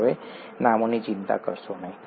હવે નામોની ચિંતા કરશો નહીં